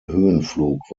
höhenflug